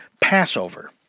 Passover